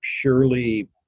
purely